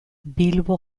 bilbo